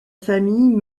famille